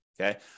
okay